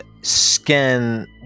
scan